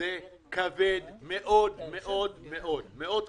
זה כבד מאוד מאוד מאוד, מאוד כבד.